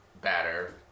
batter